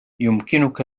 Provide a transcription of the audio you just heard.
يمكنك